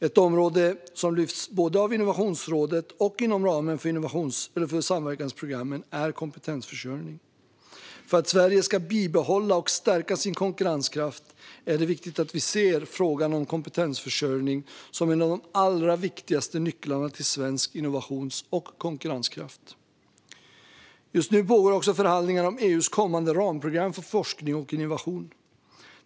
Ett område som lyfts fram både av Innovationsrådet och inom ramen för samverkansprogrammen är kompetensförsörjning. För att Sverige ska bibehålla och stärka sin konkurrenskraft är det viktigt att vi ser frågan om kompetensförsörjning som en av de allra viktigaste nycklarna till svensk innovations och konkurrenskraft. Just nu pågår också förhandlingar om EU:s kommande ramprogram för forskning och innovation.